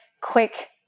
quick